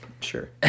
Sure